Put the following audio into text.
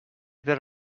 that